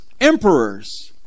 emperors